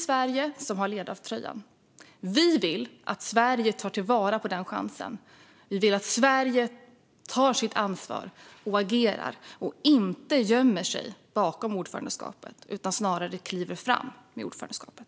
Sverige har ledartröjan, och vi vill att Sverige tar vara på chansen, tar sitt ansvar och agerar och inte gömmer sig bakom ordförandeskapet utan snarare kliver fram.